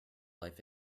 life